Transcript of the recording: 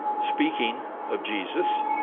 speaking of jesus,